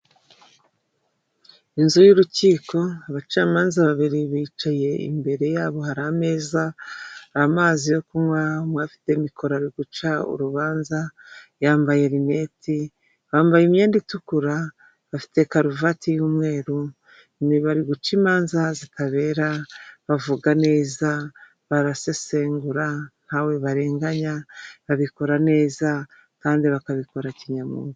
Inzu y'urukiko abacamanza babiri bicaye imbere yabo hari ameza, hari amazi yo kunywa, afite mikoro ari guca urubanza yambaye reneti bambaye imyenda itukura, bafite karuvati y'umweru, bari guca imanza zitabera, bavuga neza, barasesengura, ntawe barenganya, babikora neza kandi bakabikora kinyamwuga.